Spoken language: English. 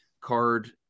card